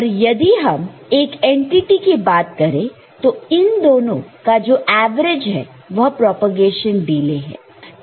और यदि हम एक एनटीटी की बात करें तो इन दोनों का जो एवरेज है वह प्रोपेगेशन डिले है